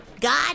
God